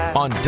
on